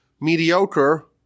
mediocre